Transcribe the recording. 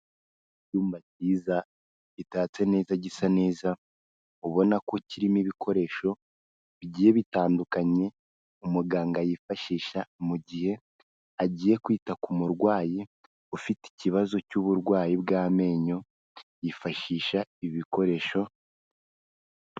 Icyumba cyiza gitatse neza gisa neza, ubona ko kirimo ibikoresho bigiye bitandukanye umuganga yifashisha mu gihe agiye kwita ku murwayi ufite ikibazo cy'uburwayi bw'amenyo yifashisha ibikoresho...